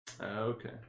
Okay